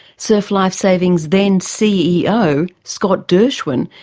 surf life saving's then ceo, scott dershwin,